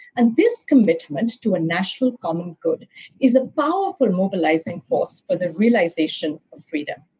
and this commitment to a national common good is a powerful mobilizing force for the realization of freedom.